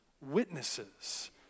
witnesses